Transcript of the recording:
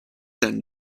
than